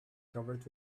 covered